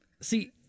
See